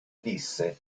disse